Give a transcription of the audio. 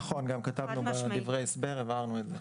נכון, גם כתבנו בדברי ההסבר, הבהרנו את זה.